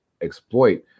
exploit